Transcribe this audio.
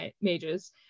mages